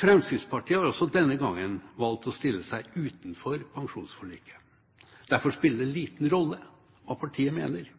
Fremskrittspartiet har også denne gangen valgt å stille seg utenfor pensjonsforliket. Derfor spiller det liten rolle hva partiet mener.